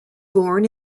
born